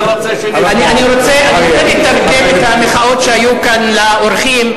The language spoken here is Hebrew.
אני רוצה לתרגם את המחאות שהיו כאן לאורחים,